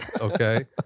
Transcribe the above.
Okay